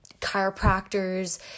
chiropractors